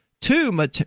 two